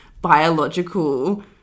biological